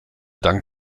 dank